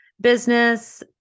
business